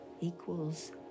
equals